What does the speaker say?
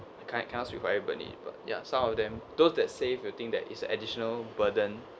I can't can't speak for everybody but ya some of them those that save or think that it's additional burden